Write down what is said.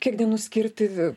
kiek dienų skirti